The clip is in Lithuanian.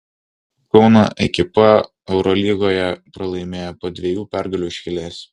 kauno ekipa eurolygoje pralaimėjo po dviejų pergalių iš eilės